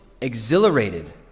exhilarated